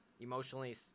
Emotionally